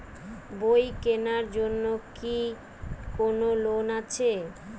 বই কেনার জন্য কি কোন লোন আছে?